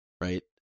right